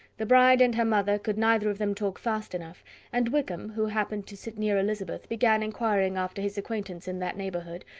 the bride and her mother could neither of them talk fast enough and wickham, who happened to sit near elizabeth, began inquiring after his acquaintance in that neighbourhood,